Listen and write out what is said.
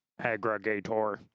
aggregator